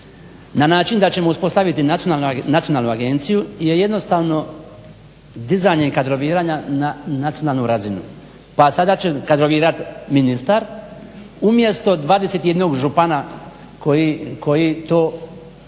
na način da ćemo uspostaviti nacionalnu agenciju je jednostavno dizanje kadroviranja na nacionalnu razinu. Pa sada će kadrovirat ministar umjesto 21 župana koji to izgleda